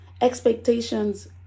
Expectations